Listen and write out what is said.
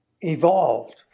evolved